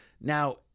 Now